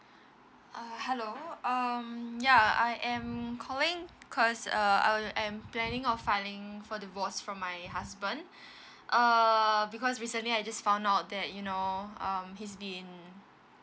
uh hello um ya I am calling cause uh I am planning of filing for divorce from my husband err because recently I just found out that you know um he's been